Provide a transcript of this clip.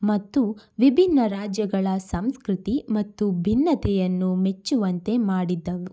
ಮತ್ತು ವಿಭಿನ್ನ ರಾಜ್ಯಗಳ ಸಂಸ್ಕೃತಿ ಮತ್ತು ಭಿನ್ನತೆಯನ್ನು ಮೆಚ್ಚುವಂತೆ ಮಾಡಿದ್ದವು